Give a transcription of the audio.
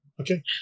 Okay